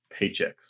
paychecks